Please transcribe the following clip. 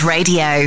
Radio